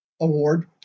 award